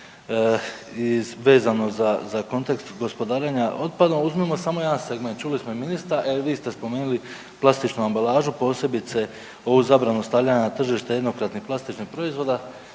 i vezano za kontekst gospodarenja otpadom. Uzmimo samo jedan segment, čuli smo i ministra, a i vi ste spomenuli plastičnu ambalažu, posebice ovu zabranu stavljanja na tržište jednokratnih plastičnih proizvoda.